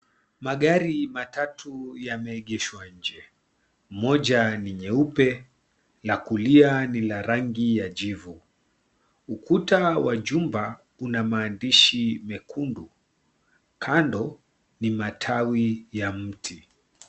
Magari matatu yameegeshwa nje. Moja ni nyeupe, la kulia ni la rangi ya jivu. Ukuta wa jumba, unamaandishi mekundu, kando ni matawi ya mti.